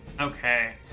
Okay